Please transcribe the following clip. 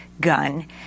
gun